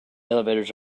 elevators